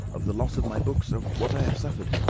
of the loss of my books, of what i have suffered,